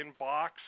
inbox